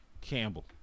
Campbell